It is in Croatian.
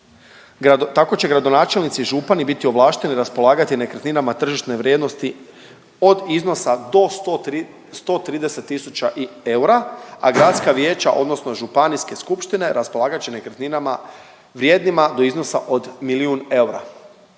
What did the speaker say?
Tako će gradonačelnici i župani biti ovlašteni raspolagati nekretninama tržišne vrijednosti od iznosa do 130000 eura, a gradska vijeća, odnosno županijske skupštine raspolagat će nekretninama vrijednima do iznosa od milijun eura.